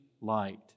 light